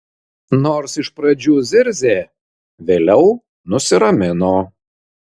nors iš pradžių zirzė vėliau nusiramino